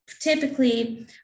typically